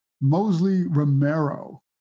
Mosley-Romero